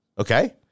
Okay